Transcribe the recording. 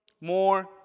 more